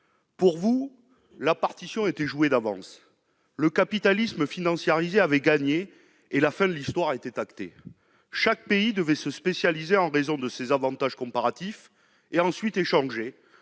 Pour vous, la partition était jouée d'avance. Le capitalisme financiarisé avait gagné et la fin de l'histoire était actée. Chaque pays devait se spécialiser à raison de ses avantages comparatifs, puis échanger